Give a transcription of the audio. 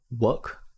work